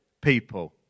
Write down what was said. people